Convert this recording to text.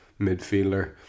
midfielder